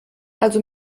also